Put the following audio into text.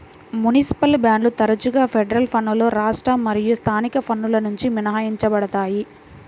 municipal బాండ్లు తరచుగా federal పన్నులు రాష్ట్ర మరియు స్థానిక పన్నుల నుండి మినహాయించబడతాయి